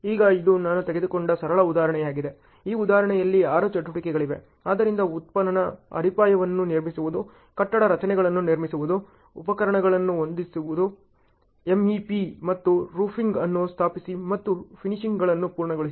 ಈಗ ಇದು ನಾನು ತೆಗೆದುಕೊಂಡ ಸರಳ ಉದಾಹರಣೆಯಾಗಿದೆ ಈ ಉದಾಹರಣೆಯಲ್ಲಿ 6 ಚಟುವಟಿಕೆಗಳಿವೆ ಆದ್ದರಿಂದ ಉತ್ಖನನ ಅಡಿಪಾಯವನ್ನು ನಿರ್ಮಿಸುವುದು ಕಟ್ಟಡ ರಚನೆಗಳನ್ನು ನಿರ್ಮಿಸುವುದು ಉಪಕರಣಗಳನ್ನು ಹೊಂದಿಸುವುದು ಎಂಇಪಿ ಮತ್ತು ರೂಫಿಂಗ್ ಅನ್ನು ಸ್ಥಾಪಿಸಿ ಮತ್ತು ಫಿನಿಶ್ಸ್ಗಳನ್ನು ಪೂರ್ಣಗೊಳಿಸಿ